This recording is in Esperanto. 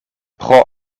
pro